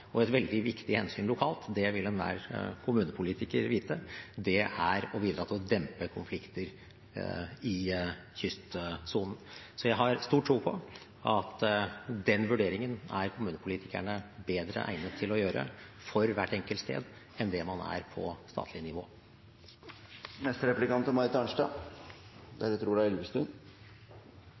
Et veldig viktig hensyn lokalt – det vil enhver kommunepolitiker vite – er å bidra til å dempe konflikter i kystsonen. Jeg har stor tro på at den vurderingen er kommunepolitikerne bedre egnet til å gjøre for hvert enkelt sted enn det man er på statlig